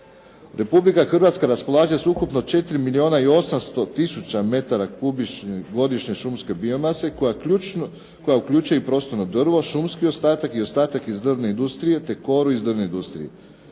Republika Hrvatska raspolaže s ukupno 4 milijuna i 800 tisuća metara kubičnih godišnje šumske biomase koja uključuje i prostorno drvo, šumski ostatak i ostatak iz drvne industrije te koru iz drvne industrije.